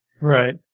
Right